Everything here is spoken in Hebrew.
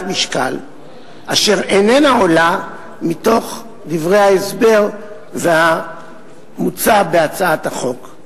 משקל אשר איננה עולה מתוך דברי ההסבר והמוצע בהצעת החוק.